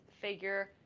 figure